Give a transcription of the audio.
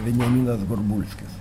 benjaminas gorbulskis